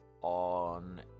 on